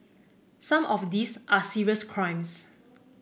some of these are serious crimes